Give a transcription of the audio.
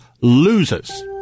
losers